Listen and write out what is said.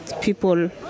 people